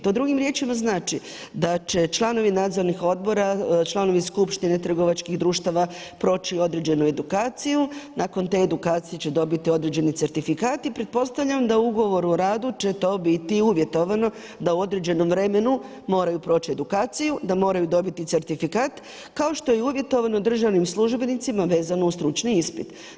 To drugim riječima znači da će članovi nadzornih odbora, članovi skupštine trgovačkih društava proći određenu edukaciju, nakon te edukacije će dobiti određeni certifikat i pretpostavljam da u ugovoru o radu će to biti uvjetovano da u određenom vremenu moraju proći edukaciju, da moraju dobiti certifikat kao što je uvjetovano državnim službenicima vezano uz stručni ispit.